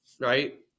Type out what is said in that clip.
right